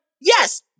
yes